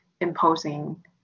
imposing